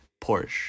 porsche